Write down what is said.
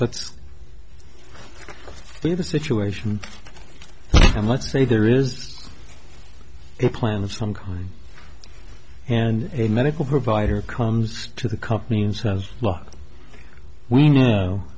let's leave the situation let's say there is a plan of some kind and a medical provider comes to the company and says look we know